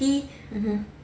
mmhmm